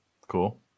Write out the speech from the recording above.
Cool